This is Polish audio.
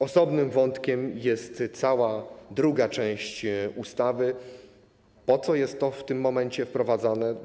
Osobnym wątkiem jest cała druga część ustawy, po co jest to w tym momencie wprowadzane.